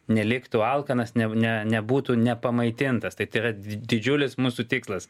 neliktų alkanas ne nebūtų nepamaitintas tai yra didžiulis mūsų tikslas